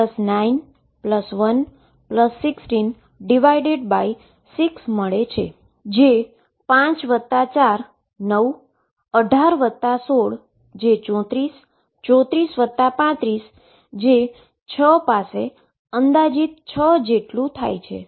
અને તે 14491166 મળે છે જે 5 વત્તા 4 જે 9 18 વત્તા 16 જે 34 34 વત્તા 35 થી જે 6 પાસે અંદાજીત 6 જેટલું થાય છે